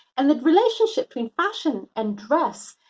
and the relationship between fashion and dress,